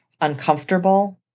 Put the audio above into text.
uncomfortable